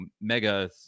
mega